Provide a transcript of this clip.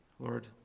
Lord